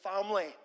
family